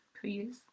please